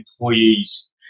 employees